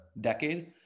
decade